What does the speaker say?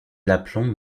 l’aplomb